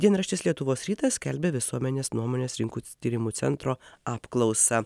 dienraštis lietuvos rytas skelbia visuomenės nuomonės rinkų tyrimų centro apklausą